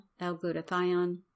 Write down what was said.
L-glutathione